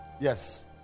Yes